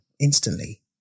instantly